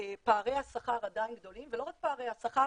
פערי השכר עדיין גדולים ולא רק פערי השכר